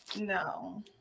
No